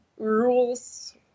rules